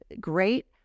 great